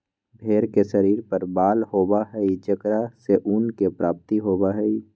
भेंड़ के शरीर पर बाल होबा हई जेकरा से ऊन के प्राप्ति होबा हई